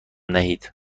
دهید